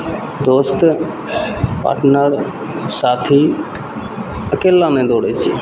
दोस्त पार्टनर साथी अकेला नहि दौड़य छियै